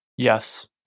Yes